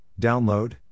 download